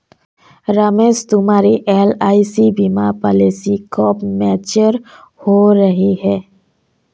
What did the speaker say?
रमेश तुम्हारी एल.आई.सी बीमा पॉलिसी कब मैच्योर हो रही है?